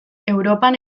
europan